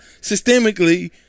systemically